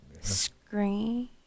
Screen